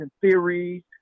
theories